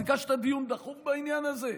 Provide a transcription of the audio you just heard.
ביקשת דיון דחוף בעניין הזה?